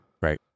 Right